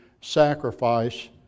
sacrifice